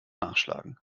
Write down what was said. nachschlagen